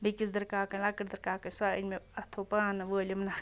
بیٚکِس دٕرکاکٕنۍ لَکٕٹۍ دٕرکاکٕنۍ سۄ أنۍ مےٚ اَتھو پانہٕ وٲلِم نَکھٕ